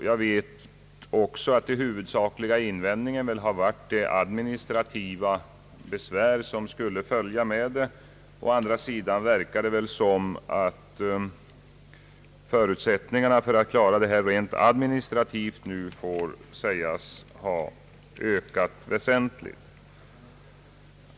Jag vet också att den huvudsakliga invändningen har varit det administrativa besvär som skulle följa med en ändrad ordning. Å andra sidan verkar det som om förutsättningarna för att bemästra de administrativa svårigheterna har ökat väsentligt.